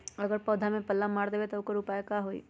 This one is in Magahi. अगर पौधा में पल्ला मार देबे त औकर उपाय का होई?